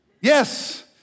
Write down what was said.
Yes